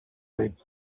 metz